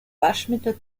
waschmittel